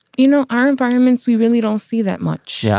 you know, our environments, we really don't see that much. yeah